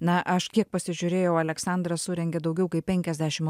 na aš kiek pasižiūrėjau aleksandras surengė daugiau kaip penkiasdešim